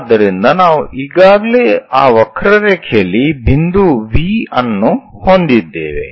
ಆದ್ದರಿಂದ ನಾವು ಈಗಾಗಲೇ ಆ ವಕ್ರರೇಖೆಯಲ್ಲಿ ಬಿಂದು V ಅನ್ನು ಹೊಂದಿದ್ದೇವೆ